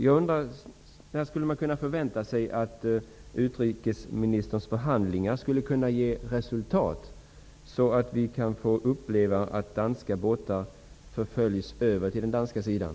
Jag undrar när man skulle kunna förvänta sig att utrikesministerns förhandlingar ger resultat, så att danska båtar kan förföljas över till den danska sidan.